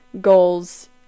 goals